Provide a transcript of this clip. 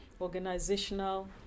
organizational